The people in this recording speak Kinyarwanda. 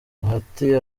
bahati